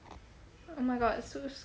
oh my god so